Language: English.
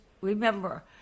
remember